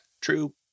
true